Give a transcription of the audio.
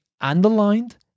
underlined